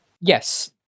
Yes